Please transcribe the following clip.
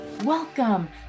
Welcome